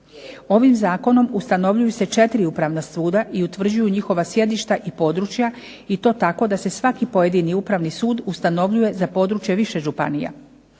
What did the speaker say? Ovim zakonom ustanovljuju se četiri upravna suda i utvrđuju njihova sjedišta i područja i to tako da se svaki pojedini upravni sud ustanovljuje za područje više županija.